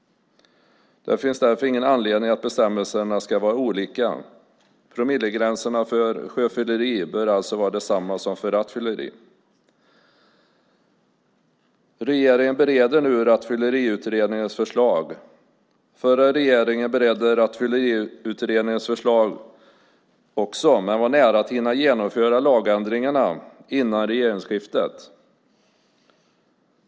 Det finns därför ingen anledning att bestämmelserna ska vara olika. Promillegränserna för sjöfylleri bör alltså vara desamma som för rattfylleri. Regeringen bereder nu Rattfylleriutredningens förslag. Förra regeringen beredde också Rattfylleriutredningens förslag och var nära att hinna genomföra lagändringarna före regeringsskiftet.